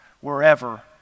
wherever